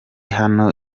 hano